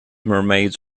mermaids